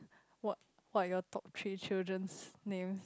what why are your talk three children's names